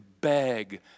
beg